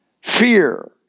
Fear